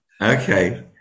Okay